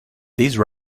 these